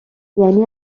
یعنی